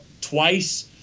twice